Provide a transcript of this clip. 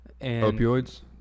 Opioids